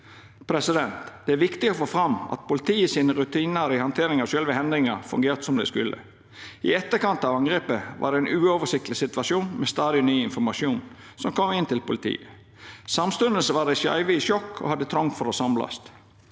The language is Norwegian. kvarandre. Det er viktig å få fram at politiet sine rutinar i handteringa av sjølve hendinga fungerte som dei skulle. I etterkant av angrepet var det ein uoversiktleg situasjon, med stadig ny informasjon som kom inn til politiet. Samstundes var dei skeive i sjokk og hadde trong for å samlast.